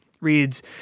Reads